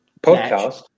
podcast